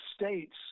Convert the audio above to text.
states